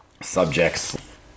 subjects